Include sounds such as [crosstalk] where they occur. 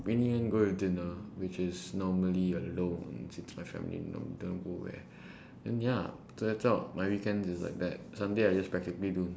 in the end go with dinner which is normally alone since my family you know don't know go where [breath] and ya so that's all my weekend is like that sunday I just practically do